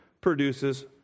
produces